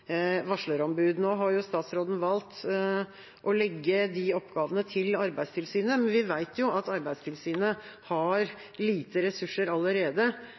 Nå har jo statsråden valgt å legge de oppgavene til Arbeidstilsynet, men vi vet jo at Arbeidstilsynet har lite ressurser allerede,